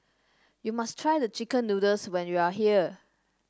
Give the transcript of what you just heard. you must try the chicken noodles when you are here